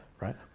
Right